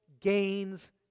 gains